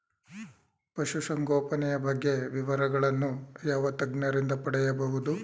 ಪಶುಸಂಗೋಪನೆಯ ಬಗ್ಗೆ ವಿವರಗಳನ್ನು ಯಾವ ತಜ್ಞರಿಂದ ಪಡೆಯಬಹುದು?